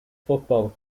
football